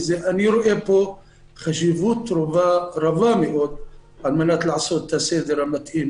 אני רואה פה חשיבות רבה מאוד לעשות את הסדר המתאים